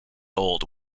old